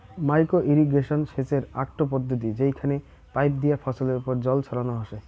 micro irrigation সেচের আকটো পদ্ধতি যেইখানে পাইপ দিয়া ফছলের ওপর জল ছড়ানো হসে